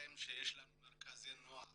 הצהריים כשיש מרכזי נוער